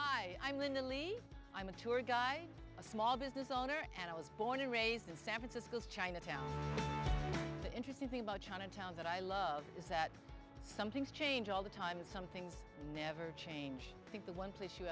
hi i'm linda lee i'm a tour guy a small business owner and i was born and raised in san francisco's chinatown the interesting thing about chinatown that i love is that some things change all the time and some things never change i think the one place you